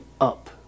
up